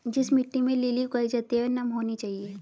जिस मिट्टी में लिली उगाई जाती है वह नम होनी चाहिए